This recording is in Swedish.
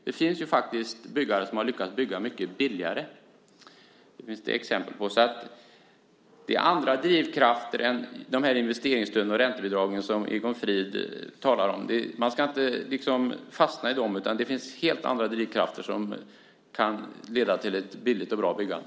Det finns faktiskt byggare som har lyckats bygga mycket billigare. Det finns det exempel på. Det finns andra drivkrafter än investeringsstöden och räntebidragen som Egon Frid talar om. Man ska inte fastna i dem. Det finns helt andra drivkrafter som kan leda till ett billigt och bra byggande.